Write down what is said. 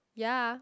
ya